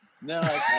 No